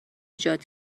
ایجاد